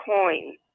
coin